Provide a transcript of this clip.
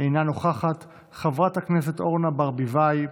אינה נוכחת, חברת הכנסת אורנה ברביבאי,